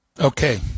Okay